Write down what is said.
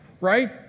right